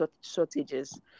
shortages